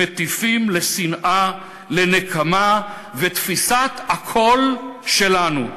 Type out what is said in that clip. שמטיפים לשנאה, לנקמה ולתפיסת "הכול שלנו",